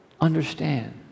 Understand